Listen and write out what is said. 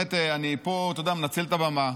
ובאמת אני פה מנצל את הבמה.